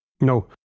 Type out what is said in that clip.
No